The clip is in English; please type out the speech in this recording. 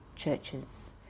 churches